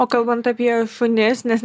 o kalbant apie šunis nes